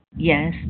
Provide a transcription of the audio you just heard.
yes